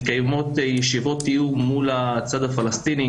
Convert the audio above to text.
מתקיימות ישיבות תיאום מול הצד הפלסטיני,